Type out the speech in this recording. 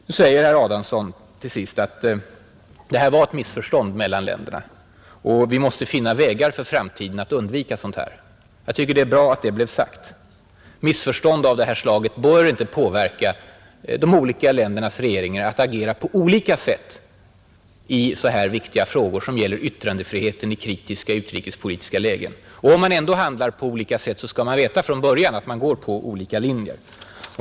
Nu säger herr Adamsson att det här var ett ”missförstånd” mellan länderna och att vi för framtiden måste finna vägar att undvika sådant. Jag tycker det är bra att det blev sagt. Missförstånd av det här slaget bör inte påverka de olika ländernas regeringar att agera på olika sätt i så här viktiga frågor, som gäller yttrandefriheten i kritiska utrikespolitiska lägen. Om man ändå handlar på skilda sätt, skall man veta från början att man följer olika linjer.